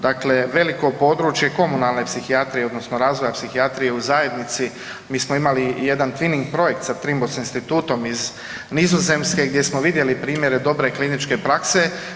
Dakle, veliko područje komunalne psihijatrije odnosno razvoja psihijatrije u zajednici mi smo imali jedan twinning projekt sa Trimbos institutom iz Nizozemske gdje smo vidjeli primjere dobre kliničke prakse.